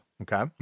Okay